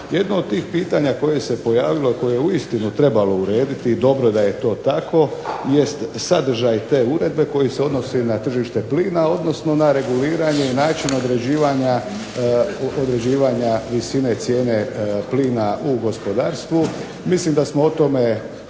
Jedno od tih pitanja koje se pojavilo, koje je uistinu trebalo urediti i dobro da je to tako jest sadržaj te uredbe koji se odnosi na tržište plina, odnosno na reguliranje i način određivanja visine cijene plina u gospodarstvu. Mislim da smo o tome